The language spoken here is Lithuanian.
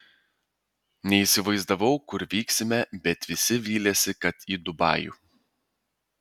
neįsivaizdavau kur vyksime bet visi vylėsi kad į dubajų